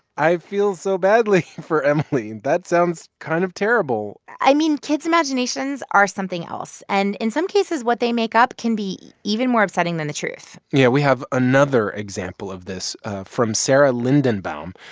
i feel so badly for emily. and that sounds kind of terrible i mean, kids' imaginations are something else. and, in some cases, what they make up can be even more upsetting than the truth yeah. we have another example of this from sarah lindenbaum.